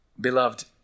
beloved